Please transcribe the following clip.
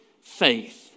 faith